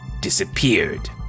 disappeared